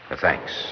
Thanks